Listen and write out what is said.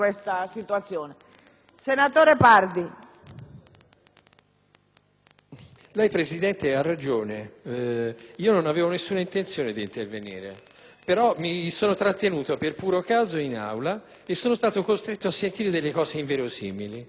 Presidente, ha ragione. Non avevo alcuna intenzione di intervenire. Mi sono trattenuto per puro caso in Aula e sono stato costretto a sentire delle cose inverosimili di fronte alle quali devo esprimere una mia opinione.